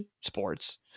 sports